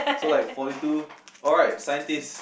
so like forty two alright scientist